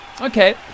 okay